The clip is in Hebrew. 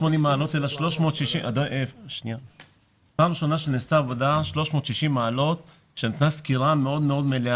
360 מעלות שנתנה סקירה מלאה מאוד.